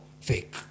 fake